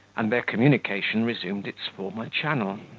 and their communication resumed its former channel.